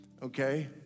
okay